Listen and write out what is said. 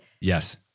Yes